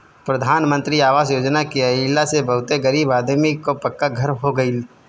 प्रधान मंत्री आवास योजना के आइला से बहुते गरीब आदमी कअ पक्का घर हो गइल